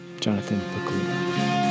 Jonathan